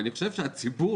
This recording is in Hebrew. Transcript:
ואני חושב שהציבור